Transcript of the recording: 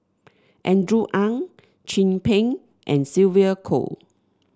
Andrew Ang Chin Peng and Sylvia Kho